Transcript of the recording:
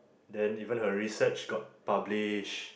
then even her research got published